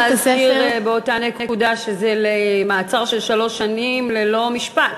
צריך להזכיר באותה נקודה שזה מעצר של שלוש שנים ללא משפט.